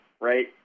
right